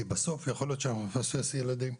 כי בסוף יכול להיות שאנחנו נפספס ילדים.